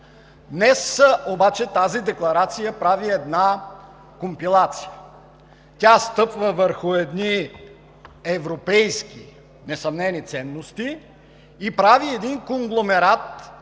Днес обаче тази декларация прави една компилация. Тя стъпва върху едни европейски несъмнени ценности и прави един конгломерат